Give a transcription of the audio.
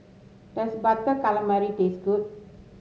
does Butter Calamari taste good